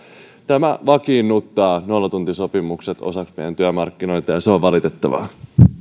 tämä vakiinnuttaa nollatuntisopimukset osaksi meidän työmarkkinoitamme ja se on valitettavaa